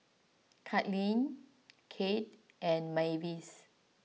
Kaitlynn Kade and Mavis